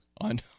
on